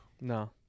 No